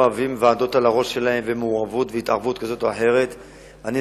ירושלים מאוימת מבית ומחוץ וסובלת מהגירה